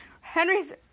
Henry's